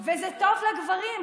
וזה טוב לגברים,